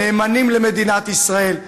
נאמנים למדינת ישראל,